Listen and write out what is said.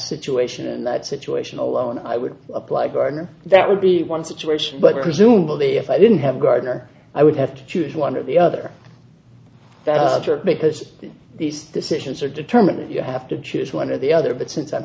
situation in that situation alone i would apply garner that would be one situation but presumably if i didn't have a gardener i would have to choose one or the other because these decisions are determined you have to choose one or the other but since i'm